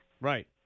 Right